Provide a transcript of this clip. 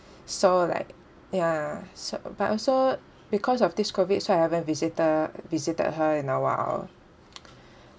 so like ya so but also because of this COVID so I haven't visitor visited her in a while